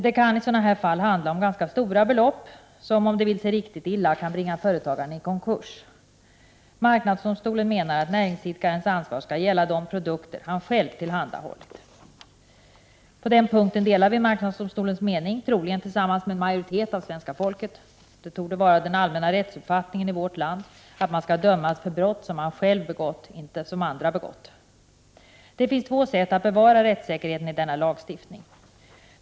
Det kan i sådana här fall handla om stora belopp som, om det vill sig riktigt illa, kan bringa företagaren i konkurs. Marknadsdomstolen menar att näringsidkarens ansvar skall gälla de produkter han själv tillhandahållit. På den punkten delar vi marknadsdomstolens mening, troligen tillsammans med en majoritet av svenska folket. Det torde vara den allmänna rättsuppfattningen i vårt land att man skall dömas för brott man själv begått, inte som andra begått. Det finns två sätt att bevara rättssäkerheten i denna lagstiftning.